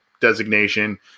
designation